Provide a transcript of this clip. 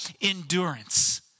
endurance